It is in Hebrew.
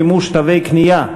מימוש תווי קנייה),